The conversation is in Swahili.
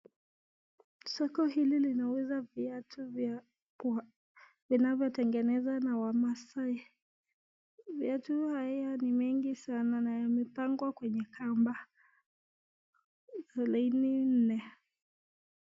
Soko hili linauza viatu vinavyo tengenezwa na wamasai, viatu haya ni mingi sana na yamepangwa kwenye kamba laini nne.